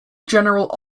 general